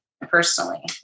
personally